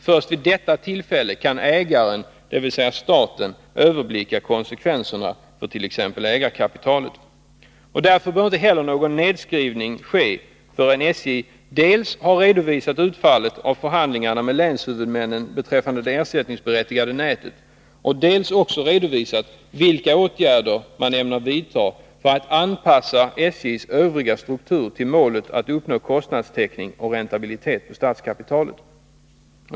Först då kan ägaren — dvs. staten — överblicka konsekvenserna t.ex. när det gäller ägarkapitalet. Därför bör inte någon nedskrivning ske förrän SJ har redovisat dels utfallet av förhandlingarna med länshuvudmännen beträffande det ersättningsberättigade nätet, dels vilka åtgärder man ämrfår vidta för att anpassa SJ:s övriga struktur till målet att uppnå kostnadstäckning och räntabilitet på statskapitalet.